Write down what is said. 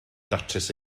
datrys